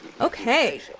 Okay